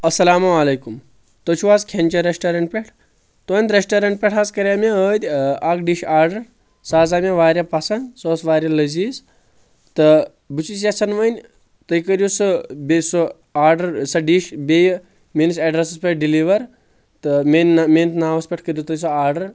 اسلامُ علیکُم تُہۍ چھِو حظ کھٮ۪ن چٮ۪ن ریسٹوریٚنٹ پٮ۪ٹھ تہنٛدِ ریسٹورینٛٹ پٮ۪ٹھ حظ کرے مےٚ ٲدۍ اکھ ڈِش آڈر سُہ حظ آے مےٚ واریاہ پسنٛد سُہ اوس واریاہ لٔزیز تہٕ بہٕ چھُس یژھان وۄنۍ تُہۍ کٔرِو سُہ بییٚہِ سُہ آڈر سۄ ڈِش بییٚہِ میٲنِس ایڈرٮ۪سس پٮ۪ٹھ ڈلِیٖور تہٕ میٲنِس ناوَس پٮ۪ٹھ کٔرِو تُہۍ سُہ آڈر